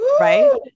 right